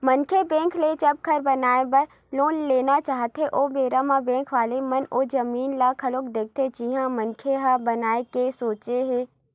मनखे बेंक ले जब घर बनाए बर लोन लेना चाहथे ओ बेरा म बेंक वाले मन ओ जमीन ल घलो देखथे जिहाँ मनखे घर बनाए के सोचे हे